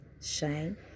shine